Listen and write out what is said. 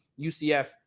UCF